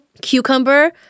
cucumber